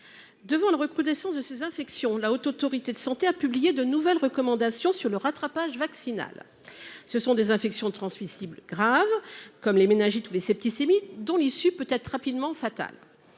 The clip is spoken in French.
Face à la recrudescence de ces infections, la Haute Autorité de santé (HAS) a publié de nouvelles recommandations sur le rattrapage vaccinal. Il s’agit en effet d’infections transmissibles graves, comme les méningites ou les septicémies, dont l’issue peut être rapidement fatale.